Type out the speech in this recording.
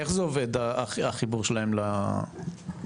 איך זה עובד החיבור שלהם ל- --?